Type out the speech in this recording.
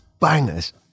bangers